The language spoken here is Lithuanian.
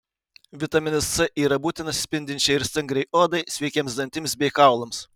vitaminas c yra būtinas spindinčiai ir stangriai odai sveikiems dantims bei kaulams